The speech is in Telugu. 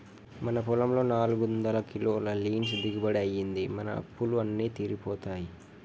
మన పొలంలో నాలుగొందల కిలోల లీన్స్ దిగుబడి అయ్యింది, మన అప్పులు అన్నీ తీరిపోతాయి